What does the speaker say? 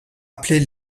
appelés